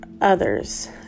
others